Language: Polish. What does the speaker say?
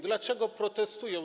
Dlaczego protestują?